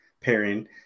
pairing